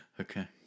Okay